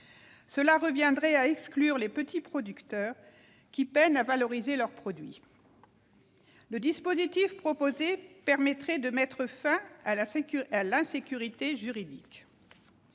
cela reviendrait à exclure les petits producteurs, qui peinent à valoriser leurs produits. Le dispositif proposé permettrait de mettre fin à l'insécurité juridique.